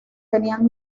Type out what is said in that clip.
tenían